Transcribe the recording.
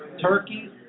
Turkey